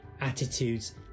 attitudes